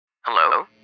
Hello